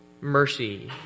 mercy